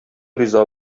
риза